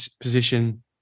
position